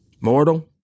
Mortal